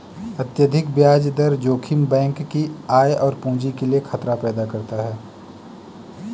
अत्यधिक ब्याज दर जोखिम बैंक की आय और पूंजी के लिए खतरा पैदा करता है